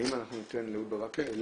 האם אנחנו ניתן לאהוד בקר?